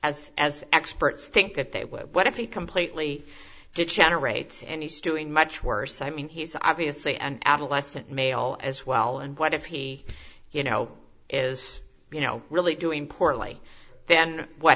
as as experts think that they what if we completely degenerate any stewing much worse i mean he's obviously an adolescent male as well and what if he you know is you know really doing portly then what